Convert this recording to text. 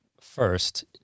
first